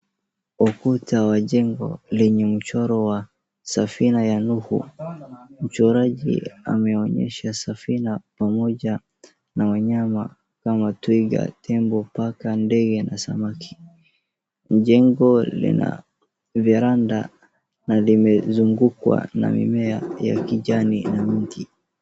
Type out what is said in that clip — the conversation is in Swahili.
Ukuta wa jengo lenye mchoro wa safina ya Nuhu. Mchoraji ameonyesha safina pamoja na wanyama kama twiga, tembo , paka , ndege na samaki. Jengo lina veranda na limezungukwa na mimea ya kijani na miti.